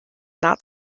not